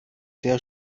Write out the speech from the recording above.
sehr